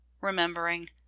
remembering